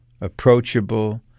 approachable